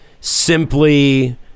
simply